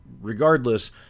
regardless